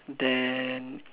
then